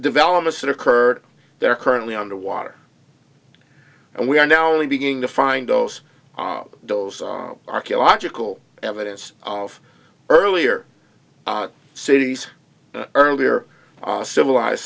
developments that occurred there currently under water and we are now only beginning to find those those archaeological evidence of earlier cities earlier civilized